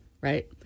right